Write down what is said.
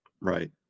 Right